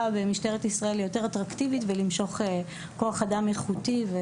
במשטרת ישראל ליותר אטרקטיבית ולמשוך כוח אדם איכותי.